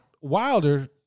Wilder